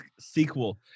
sequel